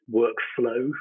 workflow